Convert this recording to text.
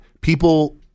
people